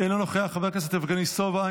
חבר הכנסת מנסור עבאס,